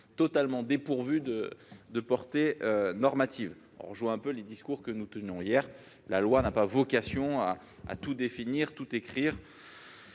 totalement dépourvue de portée normative. Cela rejoint les discussions que nous avions hier : la loi n'a pas vocation à tout définir ni à tout écrire.